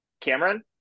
Cameron